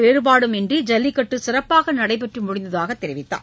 வேறுபாடும் இன்றி ஜல்லிக்கட்டு சிறப்பாக நடைபெற்று முடிந்ததாக தெரிவித்தார்